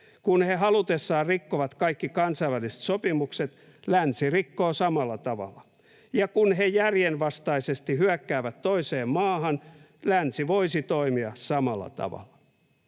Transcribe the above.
Kun he halutessaan rikkovat kaikki kansainväliset sopimukset, länsi rikkoo samalla tavalla? Ja kun he järjenvastaisesti hyökkäävät toiseen maahan, länsi voisi toimia samalla tavalla?